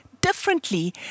differently